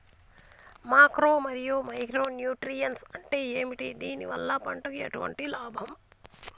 Macro మరియు micro nutrients అంటే ఏమిటి? దీనివల్ల పంటకు ఎటువంటి లాభం?